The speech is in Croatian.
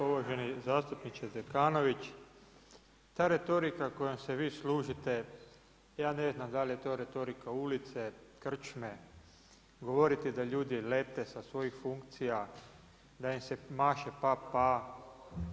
Uvaženi zastupniče Zekanović, ta retorika kojom se vi služite ja ne znam da li je to retorika ulice, krčme, govoriti da ljudi lete sa svojih funkcija, da im se maše pa-pa.